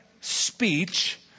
speech